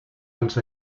dels